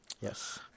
Yes